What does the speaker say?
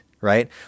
Right